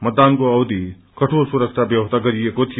मतदानको अवधि कठोर सुरक्षा व्यवस्था गरिएको थियो